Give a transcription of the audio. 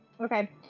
Okay